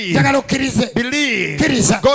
Believe